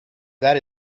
that